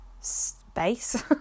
space